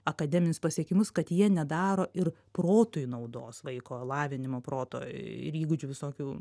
akademinius pasiekimus kad jie nedaro ir protui naudos vaiko lavinimo proto ir įgūdžių visokių